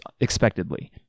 expectedly